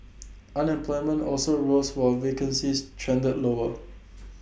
unemployment also rose while vacancies trended lower